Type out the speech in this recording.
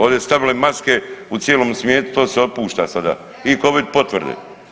Ovdje su stavili maske, u cijelom svijetu to se otpušta sada i covid potvrde.